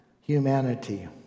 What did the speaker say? humanity